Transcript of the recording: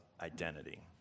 identity